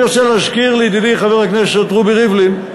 אני רוצה להזכיר לידידי חבר הכנסת רובי ריבלין,